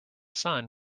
sun